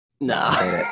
Nah